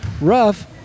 Rough